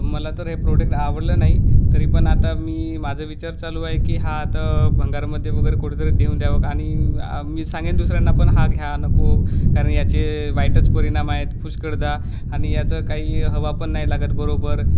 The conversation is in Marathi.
मला तर हे प्रोडक्ट आवडलं नाही तरी पण आता मी माझा विचार चालू आ आहे की हा आता भंगारामध्ये वगैरे कुठेतरी देेऊन द्यावं आणि मी सांगेन दुसऱ्यांना पण हा घ्या नको कारण याचे वाईटच परिणाम आहेत पुष्कळदा आणि याचं काही हवा पण नाही लागत बरोबर